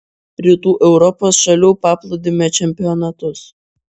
rytų europos šalių paplūdimio čempionatus